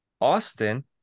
Austin